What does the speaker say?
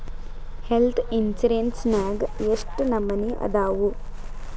Health insurance ನ್ಯಾಗ್ ಯೆಷ್ಟ್ ನಮನಿ ಅದಾವು?